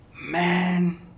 Man